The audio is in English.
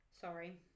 sorry